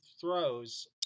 throws